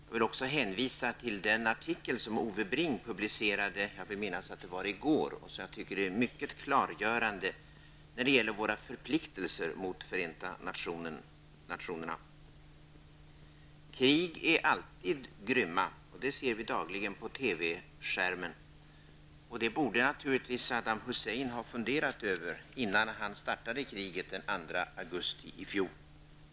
Jag vill också hänvisa till den artikel som jag vill minnas Ove Bring publicerade i går och som jag anser är mycket klargörande när det gäller våra förpliktelser gentemot Förenta nationerna. Krig är alltid grymma, och det ser vi dagligen på TV-skärmen. Det borde naturligtvis Saddam Hussein ha funderat över innan han startade kriget den 2 augusti i fjol.